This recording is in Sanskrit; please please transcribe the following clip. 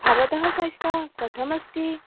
भवतः स्वास्थ्यं कथमस्ति